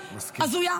הזויה.